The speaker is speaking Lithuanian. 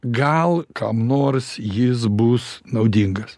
gal kam nors jis bus naudingas